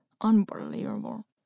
Unbelievable